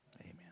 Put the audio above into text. Amen